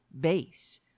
base